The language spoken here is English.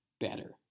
better